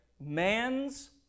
Man's